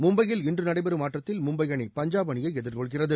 மும்பையில் இன்று நடைபெறும் ஆட்டத்தில் மும்பை அணி பஞ்சாப் அணியை எதிர்கொள்கிறது